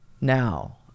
now